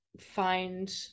find